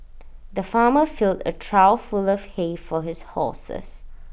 the farmer filled A trough full of hay for his horses